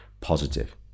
positive